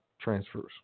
transfers